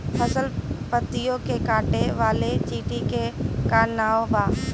फसल पतियो के काटे वाले चिटि के का नाव बा?